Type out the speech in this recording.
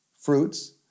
fruits